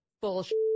Bullshit